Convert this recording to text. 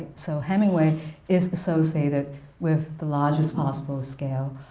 so hemingway is associated with the largest possible scale,